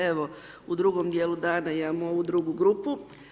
Evo u drugom dijelu dana, ja imam ovu drugu grupu.